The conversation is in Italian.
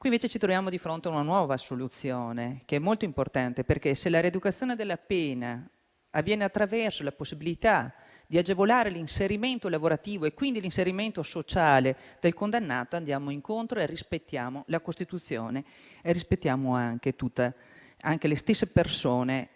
invece, ci troviamo di fronte a una nuova soluzione che è molto importante, perché se la rieducazione della pena avviene attraverso la possibilità di agevolare l'inserimento lavorativo e quindi l'inserimento sociale del condannato, andiamo incontro e rispettiamo la Costituzione e le stesse persone